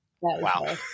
Wow